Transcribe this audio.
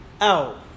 out